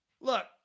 look